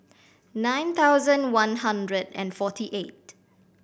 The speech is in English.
nine thousand one hundred and forty eight